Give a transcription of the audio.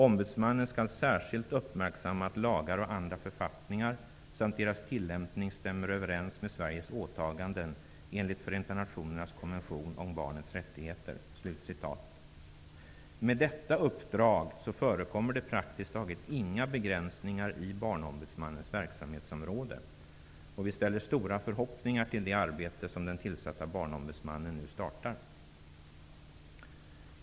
Ombudsmannen skall särskilt uppmärksamma att lagar och andra författningar samt deras tillämpning stämmer överens med Med detta uppdrag förekommer det praktiskt taget inga begränsningar i Barnombudsmannens verksamhetsområde. Vi ställer stora förhoppningar till det arbete som den tillsatta Barnombudsmannen nu startar.